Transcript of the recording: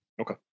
okay